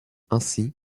ainsi